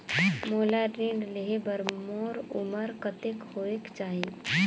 मोला ऋण लेहे बार मोर उमर कतेक होवेक चाही?